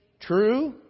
true